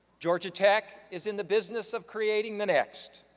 georgia tech is in the business of creating the next,